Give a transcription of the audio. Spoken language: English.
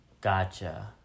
Gotcha